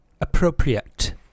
appropriate